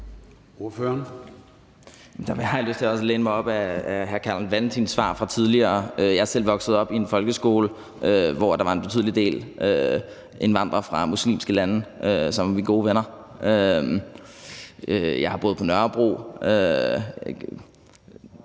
Der har jeg lyst til også at læne mig op ad hr. Carl Valentins svar fra tidligere. Jeg har selv gået i en folkeskole, hvor der var en betydelig del indvandrere fra muslimske lande, som var mine gode venner. Jeg har boet på Nørrebro.